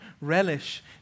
Relish